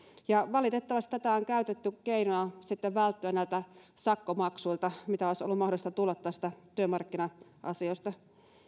valitettavasti tätä on käytetty keinona välttyä näiltä sakkomaksuilta mitä olisi ollut mahdollista tulla työmarkkina asioista